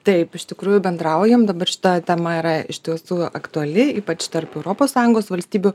taip iš tikrųjų bendraujam dabar šita tema yra iš tiesų aktuali ypač tarp europos sąjungos valstybių